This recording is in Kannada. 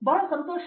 ಆದ್ದರಿಂದ ಹೌದು